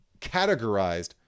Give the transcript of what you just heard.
categorized